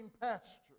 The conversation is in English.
pasture